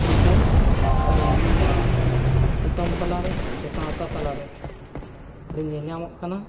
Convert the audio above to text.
ᱤᱫᱤᱛᱮ ᱟᱹᱞᱤᱧ ᱱᱚᱣᱟ ᱫᱤᱥᱚᱢ ᱛᱟᱞᱟᱨᱮ ᱥᱮ ᱥᱟᱶᱛᱮ ᱛᱟᱞᱟᱨᱮ ᱞᱤᱧ ᱧᱮᱧᱟᱢᱚᱜ ᱠᱟᱱᱟ